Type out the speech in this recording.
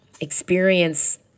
experience